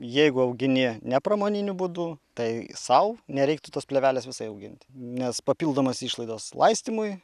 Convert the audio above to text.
jeigu augini ne pramoniniu būdu tai sau nereiktų tos plėvelės visai auginti nes papildomos išlaidos laistymui